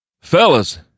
Fellas